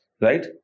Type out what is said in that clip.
right